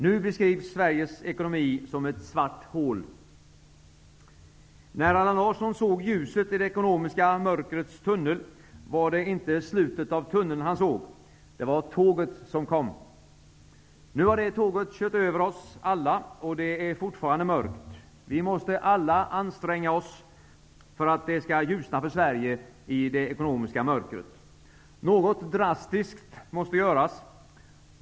Nu beskrivs Sveriges ekonomi som ett svart hål. När Allan Larsson såg ljuset i det ekonomiska mörkrets tunnel, var det inte slutet av tunneln han såg. Det var tåget som kom. Nu har det tåget kört över oss alla, och det är fortfarande mörkt. Vi måste alla anstränga oss för att det skall ljusna för Sverige i det ekonomiska mörkret. Något drastiskt måste göras.